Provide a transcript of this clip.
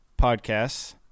podcasts